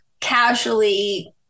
casually